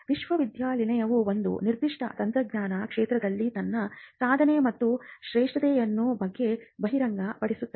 ವಿಶ್ವವಿದ್ಯಾನಿಲಯವು ಒಂದು ನಿರ್ದಿಷ್ಟ ತಂತ್ರಜ್ಞಾನ ಕ್ಷೇತ್ರದಲ್ಲಿ ತನ್ನ ಸಾಧನೆ ಅಥವಾ ಶ್ರೇಷ್ಠತೆಯ ಬಗ್ಗೆ ಬಹಿರಂಗಪಡಿಸುತ್ತದೆ